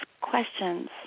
questions